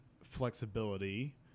flexibility